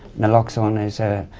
naloxone is a